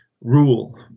rule